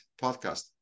podcast